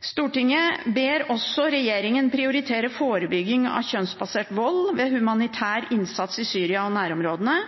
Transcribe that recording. Stortinget ber også regjeringen prioritere forebygging av kjønnsbasert vold ved humanitær innsats i Syria og nærområdene,